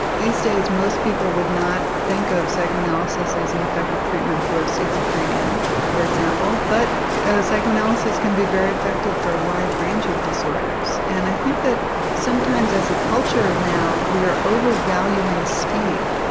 these days most people would not think of psychoanalysis as an effective treatment for schizophrenia for example but psychoanalysis can be very effective for a wide range of disorders. and i think that sometimes as a culture now we are over-valuing speed.